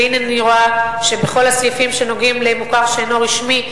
והנה אני רואה שבכל הסעיפים שנוגעים למוכר שאינו רשמי,